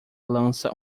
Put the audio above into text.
lança